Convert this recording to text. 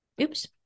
Oops